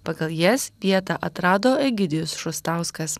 pagal jas vietą atrado egidijus šustauskas